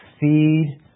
feed